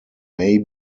may